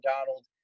Donald